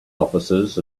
officers